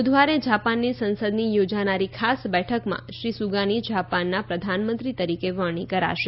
બુધવારે જાપાનની સંસદની યોજાનારી ખાસ બેઠકમાં શ્રી સુગાની જાપાનના પ્રધાનમંત્રી તરીકે વરણી કરાશે